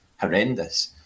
horrendous